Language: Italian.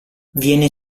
viene